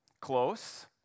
Close